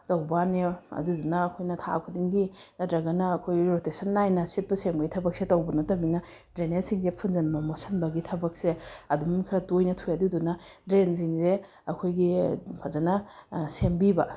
ꯇꯧꯕꯒꯤ ꯋꯥꯅꯤ ꯑꯗꯨꯗꯨꯅ ꯑꯩꯈꯣꯏꯅ ꯊꯥ ꯈꯨꯗꯤꯡꯒꯤ ꯅꯠꯇ꯭ꯔꯒꯅ ꯑꯩꯈꯣꯏꯒꯤ ꯔꯣꯇꯦꯁꯟ ꯅꯥꯏꯅ ꯁꯤꯠꯄ ꯁꯦꯡꯕꯒꯤ ꯊꯕꯛꯁꯦ ꯇꯧꯕ ꯅꯠꯇꯝꯅꯤꯅ ꯗ꯭ꯔꯦꯟꯅꯦꯖꯁꯤꯡꯁꯦ ꯐꯨꯟꯖꯤꯟꯕ ꯃꯣꯠꯁꯤꯟꯕꯒꯤ ꯊꯕꯛꯁꯦ ꯑꯗꯨꯝ ꯈꯔ ꯇꯣꯏꯅ ꯊꯣꯛꯑꯦ ꯑꯗꯨꯗꯨꯅ ꯗ꯭ꯔꯦꯟꯁꯤꯡꯁꯦ ꯑꯩꯈꯣꯏꯒꯤ ꯐꯖꯅ ꯁꯦꯝꯕꯤꯕ